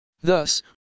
Thus